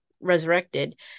resurrected